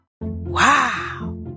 Wow